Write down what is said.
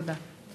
תודה.